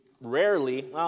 rarely